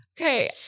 Okay